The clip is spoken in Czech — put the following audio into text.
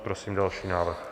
Prosím další návrh.